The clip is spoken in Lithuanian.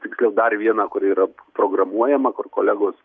tiksliau dar vieną kur yra programuojama kur kolegos